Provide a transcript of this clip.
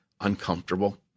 uncomfortable